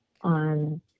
on